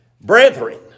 brethren